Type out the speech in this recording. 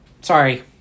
Sorry